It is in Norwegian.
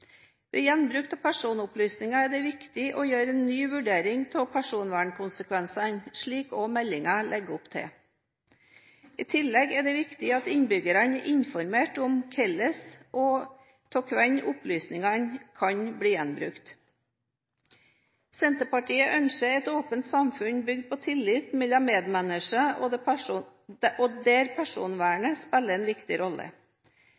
Ved gjenbruk av personopplysninger er det viktig å gjøre en ny vurdering av personvernkonsekvensene, slik også meldingen legger opp til. I tillegg er det viktig at innbyggerne er informert om hvordan og av hvem opplysningene kan bli gjenbrukt. Senterpartiet ønsker et åpent samfunn bygd på tillit mellom medmennesker, og der personvernet spiller en viktig rolle. Overvåking og